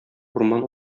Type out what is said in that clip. урман